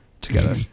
together